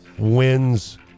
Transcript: wins